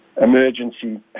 emergency